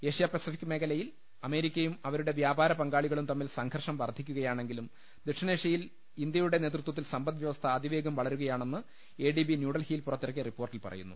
Asia Pacific മേഖലയിൽ അമേരിക്കയും അവരുടെ വ്യാപാരി പങ്കാളികളും തമ്മിൽ സംഘർഷം വർധിക്കുകയാണെങ്കിലും ദക്ഷിണേഷൃയിൽ ഇന്തൃയുടെ നേതൃത്വത്തിൽ സമ്പദ് വൃവസ്ഥ അതിവേഗം വളരുകയാണെന്ന് എ ഡി ബി ന്യൂഡൽഹിയിൽ പുറത്തിറക്കിയ റിപ്പോർട്ടിൽ പറയുന്നു